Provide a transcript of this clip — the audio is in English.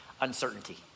uncertainty